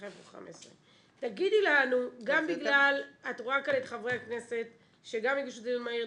היא צריכה לבחור 15. את רואה כאן את חברי הכנסת שגם הגישו דיון מהיר.